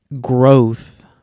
growth